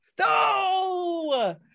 No